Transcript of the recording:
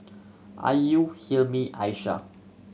Ayu Hilmi Aishah